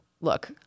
look